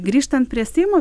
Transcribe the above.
grįžtant prie seimo